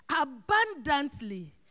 abundantly